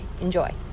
enjoy